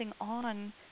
on